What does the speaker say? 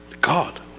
God